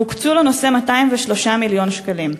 והוקצו לנושא 203 מיליון שקלים.